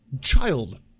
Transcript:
child